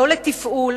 לא לתפעול.